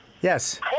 Yes